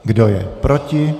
Kdo je proti?